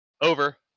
Over